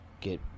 get